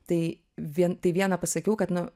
tai vien tai vieną pasakiau kad nu